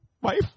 wife